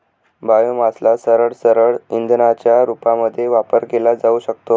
बायोमासला सरळसरळ इंधनाच्या रूपामध्ये वापर केला जाऊ शकतो